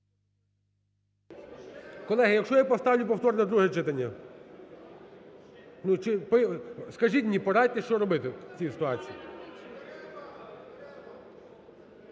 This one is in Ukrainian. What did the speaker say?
Колеги, якщо я поставлю повторне друге читання? Ну, чи скажіть мені, порадьте, що робити в цій ситуації.